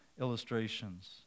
illustrations